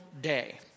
day